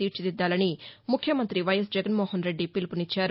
తీర్చిదిద్దాలని ముఖ్యమంతి వైఎస్ జగన్మోహన్ రెడ్డి పిలుపునిచ్చారు